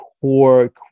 core